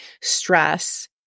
stress